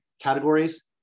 categories